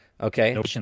okay